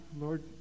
Lord